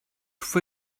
fue